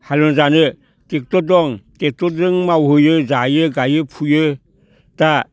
हालएवनानै जानो ट्रेक्टर दं ट्रेक्टरजों मावहैयो जायो गायो फुयो दा